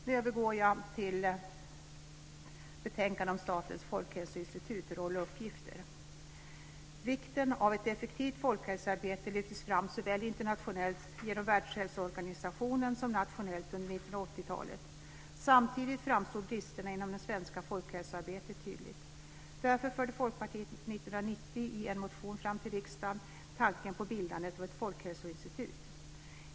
Då övergår jag till betänkandet om Statens folkhälsoinstituts roll och uppgifter. Vikten av ett effektivt fokhälsoarbete lyftes fram såväl internationellt genom Världshälsoorganisationen som nationell under 1980-talet. Samtidigt framstod bristerna inom det svenska folkhälsoarbetet tydligt. Därför förde Folkpartiet 1990 i en motion till riksdagen fram tanken på bildandet av ett folkshälsoinstitut.